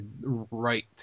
right